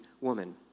woman